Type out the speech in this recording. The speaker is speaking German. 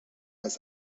als